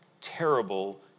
terrible